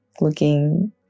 looking